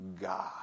god